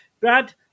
Brad